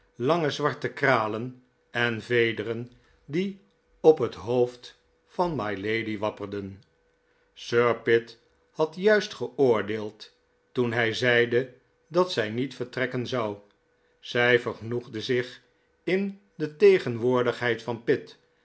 lange zwarte kralen en vederen die op het hoofd van mylady wapperden sir pitt had juist geoordeeld toen hij zeide dat zij niet vertrekken zou zij vergenoegde zich in de tegenwoordigheid van pitt